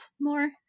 more